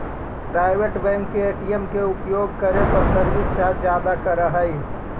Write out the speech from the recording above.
private bank के ATM के उपयोग करे पर सर्विस चार्ज ज्यादा करऽ हइ